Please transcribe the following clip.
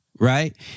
Right